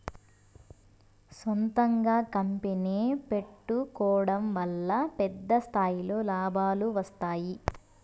సొంతంగా కంపెనీ పెట్టుకోడం వల్ల పెద్ద స్థాయిలో లాభాలు వస్తాయి